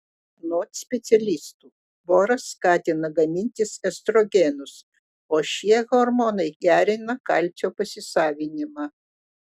anot specialistų boras skatina gamintis estrogenus o šie hormonai gerina kalcio pasisavinimą